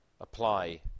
apply